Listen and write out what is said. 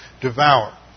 devour